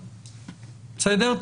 בסדר?